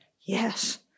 yes